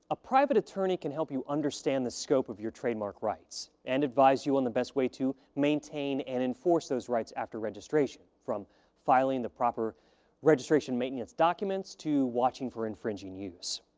a private attorney can help you understand the scope of your trademark rights and advise you on the best way to maintain and enforce those rights after registration. from filing the proper registration maintenance documents, to watching for infringing use.